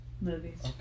Movies